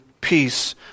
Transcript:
peace